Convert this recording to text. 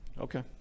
Okay